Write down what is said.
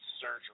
surgery